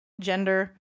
gender